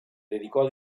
dedicó